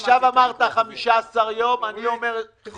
עכשיו אמרת 15 יום, אני אומר חודש.